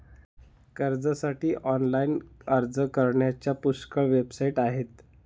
कर्जासाठी ऑनलाइन अर्ज करण्याच्या पुष्कळ वेबसाइट आहेत